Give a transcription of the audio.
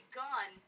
gun